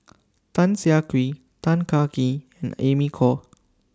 Tan Siah Kwee Tan Kah Kee and Amy Khor